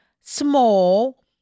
small